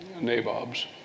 nabobs